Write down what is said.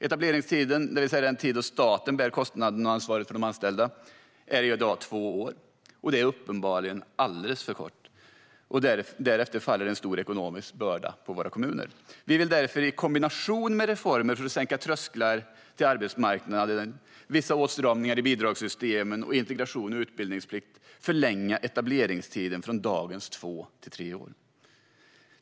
Etableringstiden, det vill säga den tid då staten bär kostnaderna och ansvaret för de nyanlända, är i dag två år. Det är uppenbarligen alldeles för kort. Därefter faller en stor ekonomisk börda på våra kommuner. Vi vill därför i kombination med reformer för att sänka trösklar till arbetsmarknaden, vissa åtstramningar i bidragsystemen och integrations och utbildningsplikten förlänga etableringstiden från dagens två till tre år.